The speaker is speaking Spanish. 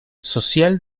social